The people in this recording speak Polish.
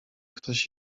ktoś